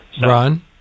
Ron